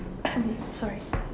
I have sorry